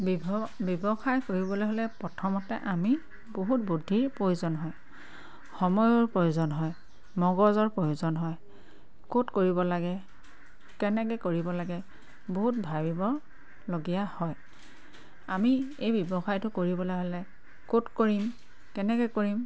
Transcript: ব্যৱসায় কৰিবলৈ হ'লে প্ৰথমতে আমি বহুত বুদ্ধিৰ প্ৰয়োজন হয় সময়ৰ প্ৰয়োজন হয় মগজৰ প্ৰয়োজন হয় ক'ত কৰিব লাগে কেনেকৈ কৰিব লাগে বহুত ভাবিবলগীয়া হয় আমি এই ব্যৱসায়টো কৰিবলৈ হ'লে ক'ত কৰিম কেনেকৈ কৰিম